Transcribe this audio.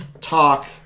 talk